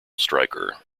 striker